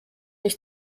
ich